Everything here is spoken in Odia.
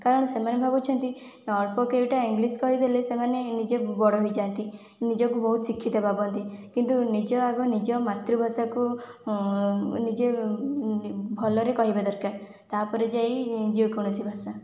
କାରଣ ସେମାନେ ଭାବୁଛନ୍ତି ଅଳ୍ପ କେଇଟା ଇଂଲିଶ କହିଦେଲେ ସେମାନେ ନିଜେ ବଡ଼ ହୋଇଯାଆନ୍ତି ନିଜକୁ ବହୁତ ଶିକ୍ଷିତ ଭାବନ୍ତି କିନ୍ତୁ ନିଜେ ଆଗ ନିଜ ମାତୃଭାଷାକୁ ନିଜେ ଭଲରେ କହିବା ଦରକାର ତା'ପରେ ଯାଇ ଯେକୌଣସି ଭାଷା